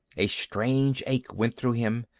a strange ache went through him.